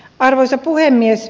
arvoisa puhemies